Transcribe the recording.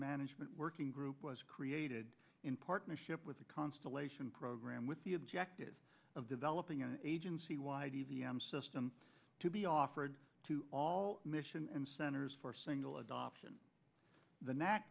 management working group was created in partnership with the constellation program with the objective of developing an agency y d v m system to be offered to all mission and centers for a single adoption the n